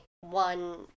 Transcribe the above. one